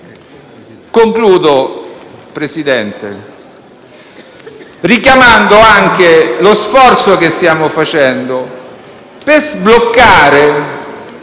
signor Presidente, richiamando anche lo sforzo che stiamo facendo per sbloccare